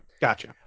Gotcha